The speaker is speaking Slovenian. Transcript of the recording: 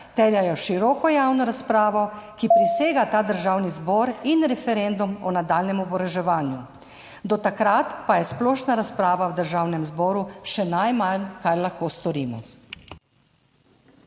terjajo široko javno razpravo, ki presega ta državni zbor, in referendum o nadaljnjem oboroževanju. Do takrat pa je splošna razprava v Državnem zboru še najmanj, kar lahko storimo.